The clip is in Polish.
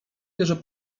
bierze